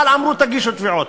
אבל אמרו: תגישו תביעות.